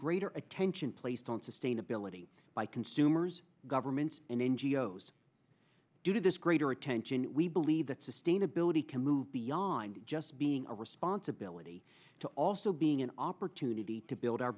greater attention placed on sustainability by consumers governments and n g o s due to this greater attention we believe that sustainability can move beyond just being a responsibility to also being an opportunity to build our